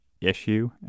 issue